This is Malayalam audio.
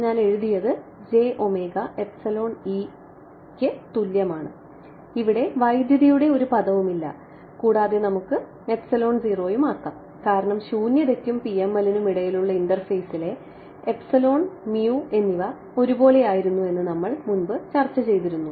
അതിനാൽ ഞാൻ എഴുതിയത് ന് തുല്യമാണ് ഇവിടെ വൈദ്യുതിയുടെ ഒരു പദവുമില്ല കൂടാതെ നമുക്ക് ഇത് ആക്കാം കാരണം ശൂന്യതക്കും PML നും ഇടയിലുള്ള ഇന്റർഫേസിലെ എപ്സിലോൺ mu എന്നിവ ഒരു പോലെ ആയിരുന്നു എന്ന് നമ്മൾ മുമ്പ് ചർച്ച ചെയ്തിരുന്നു